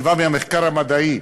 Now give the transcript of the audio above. זה בא מהמחקר המדעי.